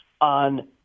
on